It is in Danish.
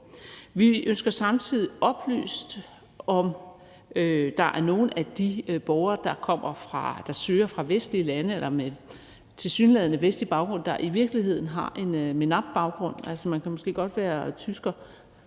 Vi ønsker samtidig oplyst, om der er nogle af de borgere, som søger fra vestlige lande og tilsyneladende har vestlig baggrund, der i virkeligheden har en MENAPT-baggrund. Man kan måske godt være tysker